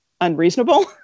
unreasonable